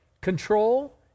control